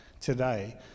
today